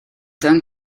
tant